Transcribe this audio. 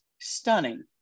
stunning